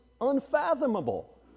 unfathomable